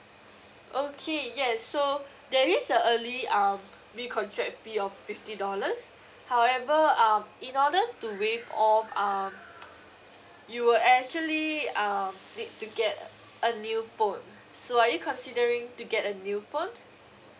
okay yes so there is a early um recontract fee of fifty dollars however um in order to waive off um you will actually um need to get uh a new phone so are you considering to get a new phone